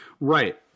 Right